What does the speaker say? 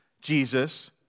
Jesus